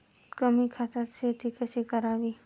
कमी खतात शेती कशी करावी?